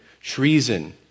treason